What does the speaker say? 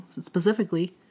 specifically